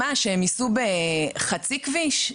מה, שהם ייסעו בחצי כביש?